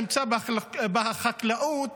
נמצא בחקלאות,